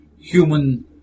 human